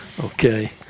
Okay